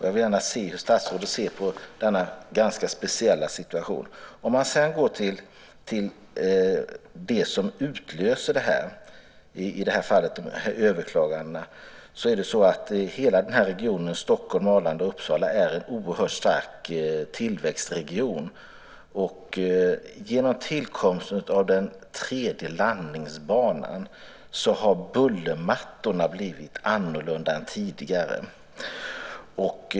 Jag vill gärna höra hur statsrådet ser på denna ganska speciella situation. Sedan kan man gå till det som i det här fallet utlöser överklagandena. Hela den här regionen - Stockholm, Arlanda och Uppsala - är en oerhört stark tillväxtregion, och genom tillkomsten av den tredje landningsbanan har bullermattorna blivit annorlunda än tidigare.